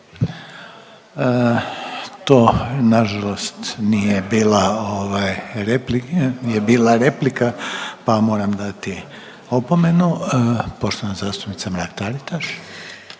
ovaj repli…, nije bila replika, pa vam moram dati opomenu. Poštovana zastupnica Mrak-Taritaš.